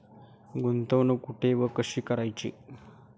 गुंतवणूक कुठे व कशी करायची?